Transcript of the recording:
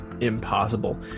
impossible